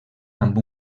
amb